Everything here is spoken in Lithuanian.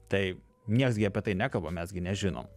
tai nieks gi apie tai nekalba mes gi nežinom